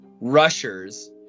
rushers